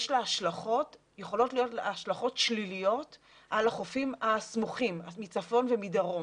יכולות להיות לה השלכות שליליות על החופים הסמוכים מצפון ומדרום,